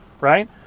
right